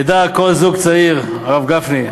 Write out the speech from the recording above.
ידע כל זוג צעיר, הרב גפני,